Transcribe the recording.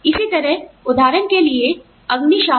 इसी तरह उदाहरण के लिए अग्निशामक